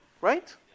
right